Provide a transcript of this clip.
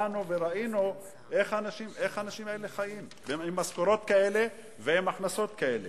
באנו וראינו איך האנשים האלה חיים עם משכורות כאלה ועם הכנסות כאלה.